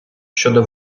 щодо